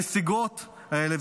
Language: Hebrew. הנסיגות האלה,